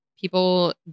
people